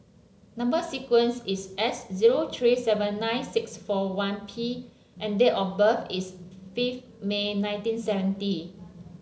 number sequence is S zero three seven nine six four one P and date of birth is fifth May nineteen seventy